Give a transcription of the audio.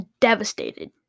devastated